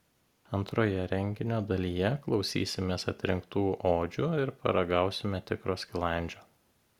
antroje renginio dalyje klausysimės atrinktų odžių ir paragausime tikro skilandžio